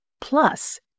plus